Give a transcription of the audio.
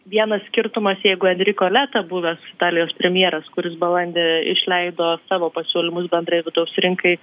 vienas skirtumas jeigu enriko leta buvęs italijos premjeras kuris balandį išleido savo pasiūlymus bendrai vidaus rinkai